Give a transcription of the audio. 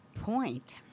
point